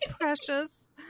Precious